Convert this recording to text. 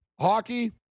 hockey